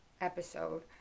episode